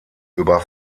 über